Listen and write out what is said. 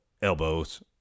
Elbows